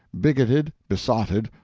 bigoted, besotted,